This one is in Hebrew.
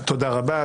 תודה רבה.